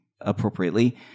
appropriately